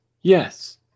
yes